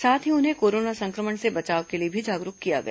साथ ही उन्हें कोरोना संक्रमण से बचाव के लिए भी जागरूक किया गया